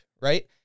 right